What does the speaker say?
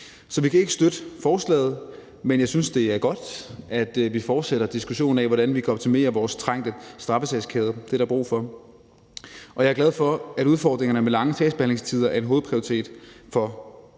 Så vi kan ikke støtte forslaget. Men jeg synes, det er godt, at vi fortsætter diskussionen af, hvordan vi kan optimere vores trængte straffesagskæder – det er der brug for. Og jeg er glad for, at udfordringerne med lange sagsbehandlingstider er en hovedprioritet for regeringen.